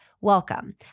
welcome